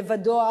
לבדו,